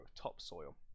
topsoil